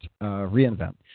ReInvent